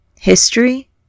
History